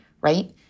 right